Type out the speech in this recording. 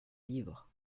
livres